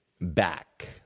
back